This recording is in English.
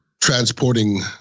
transporting